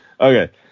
Okay